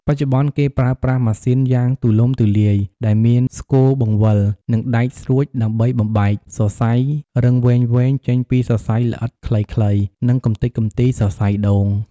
បច្ចុប្បន្ន គេប្រើប្រាស់ម៉ាស៊ីនយ៉ាងទូលំទូលាយ ដែលមានស្គរបង្វិល និងដែកស្រួចដើម្បីបំបែក សរសៃរឹងវែងៗ ចេញពីសរសៃល្អិតខ្លីៗ និងកម្ទេចកម្ទីសរសៃដូង។